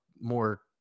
more